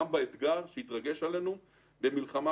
גם באתגר שיתרגש עלינו במלחמה,